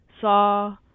saw